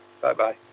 Bye-bye